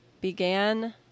began